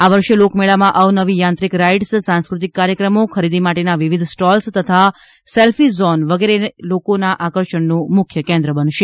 આ વર્ષે લોકમેળામાં અવનવી યાંત્રિક રાઇડ્સ સાંસ્કૃતિક કાર્યક્રમો ખરીદી માટેના વિવિધ સ્ટોલસ તથા સેલ્ફી ઝોન વગેરે લોકોના આકર્ષણનું મુખ્ય કેન્દ્ર બનશે